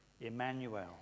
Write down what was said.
Emmanuel